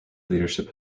leadership